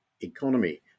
economy